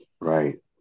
Right